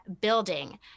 building